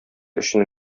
өчен